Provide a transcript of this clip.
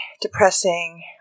depressing